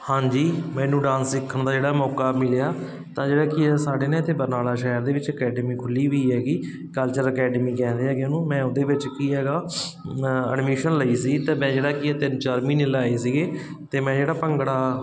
ਹਾਂਜੀ ਮੈਨੂੰ ਡਾਂਸ ਸਿੱਖਣ ਦਾ ਜਿਹੜਾ ਮੌਕਾ ਮਿਲਿਆ ਤਾਂ ਜਿਹੜਾ ਕੀ ਆ ਸਾਡੇ ਨਾ ਇੱਥੇ ਬਰਨਾਲਾ ਸ਼ਹਿਰ ਦੇ ਵਿੱਚ ਅਕੈਡਮੀ ਖੁੱਲ੍ਹੀ ਹੋਈ ਹੈਗੀ ਕਲਚਰ ਅਕੈਡਮੀ ਕਹਿੰਦੇ ਹੈਗੇ ਉਹਨੂੰ ਮੈਂ ਉਹਦੇ ਵਿੱਚ ਕੀ ਹੈਗਾ ਐਡਮਿਸ਼ਨ ਲਈ ਸੀ ਅਤੇ ਮੈ ਜਿਹੜਾ ਕੀ ਆ ਕਿ ਤਿੰਨ ਚਾਰ ਮਹੀਨੇ ਲਾਏ ਸੀਗੇ ਅਤੇ ਮੈਂ ਜਿਹੜਾ ਭੰਗੜਾ